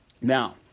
Now